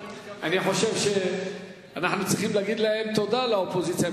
אני חושב שאנחנו צריכים להגיד תודה לאופוזיציה.